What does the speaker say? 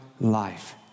life